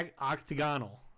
octagonal